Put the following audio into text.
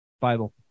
bible